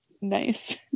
nice